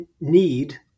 need